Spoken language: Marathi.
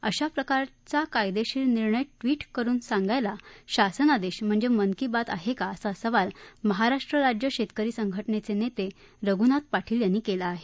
अशा प्रकारचा कायदेशीर निर्णय ट्विट करून सांगायला शासनादेश म्हणजे मन की बात आहे का असा सवाल महाराष्ट्र राज्य शेतकरी संघटनेचे नेते रघ्रनाथदादा पाटील यांनी केला आहे